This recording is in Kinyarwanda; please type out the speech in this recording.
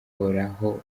bihoraho